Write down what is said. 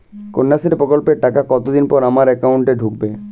কন্যাশ্রী প্রকল্পের টাকা কতদিন পর আমার অ্যাকাউন্ট এ ঢুকবে?